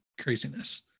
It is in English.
craziness